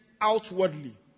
outwardly